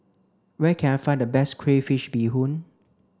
where can I find the best crayfish beehoon